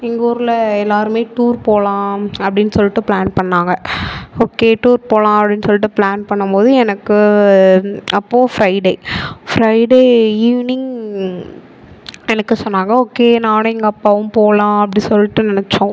எங்கள் ஊரில் எல்லாேருமே டூர் போகலாம் அப்படின்னு சொல்லிட்டு ப்ளான் பண்ணிணாங்க ஓகே டூர் போகலாம் அப்படின்னு சொல்லிட்டு ப்ளான் பண்ணும்போது எனக்கு அப்போது ஃப்ரைடே ஃப்ரைடே ஈவினிங் எனக்கு சொன்னாங்க ஓகே நானும் எங்கள் அப்பாவும் போகலாம் அப்படி சொல்லிட்டு நினச்சோம்